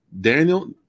Daniel